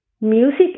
Music